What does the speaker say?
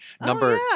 number